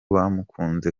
bamukunze